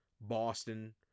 Boston